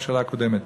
בממשלה הקודמת: